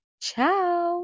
ciao